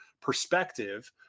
perspective